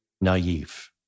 naive